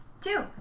Two